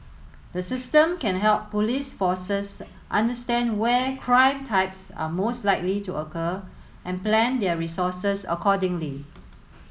the system can help police forces understand where crime types are most likely to occur and plan their resources accordingly